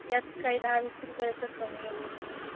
यात काही दहा वीस रुपयाचं कमी वगैरे नाही आहे